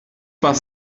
pas